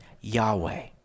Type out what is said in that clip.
Yahweh